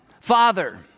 Father